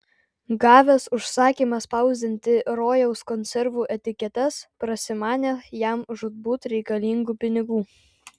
gavęs užsakymą spausdinti rojaus konservų etiketes prasimanė jam žūtbūt reikalingų pinigų